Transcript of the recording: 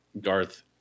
Garth